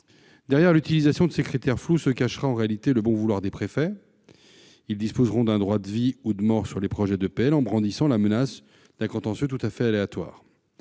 Derrière l'utilisation de ces critères flous se cacherait en réalité le recours au bon vouloir des préfets. Ils disposeraient d'un droit de vie ou de mort sur les projets d'EPL, pouvant brandir la menace d'un contentieux tout à fait aléatoire.